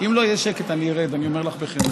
אם לא יהיה שקט, אני ארד, אני אומר לך בכנות.